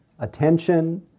Attention